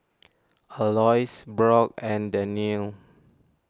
Aloys Brock and Dannielle